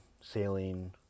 sailing